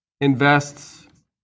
invests